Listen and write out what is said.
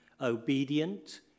obedient